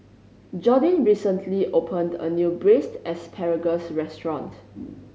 Jordyn recently opened a new Braised Asparagus restaurant